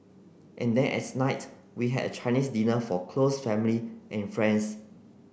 and then at night we had a Chinese dinner for close family and friends